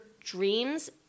dreams